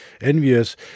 envious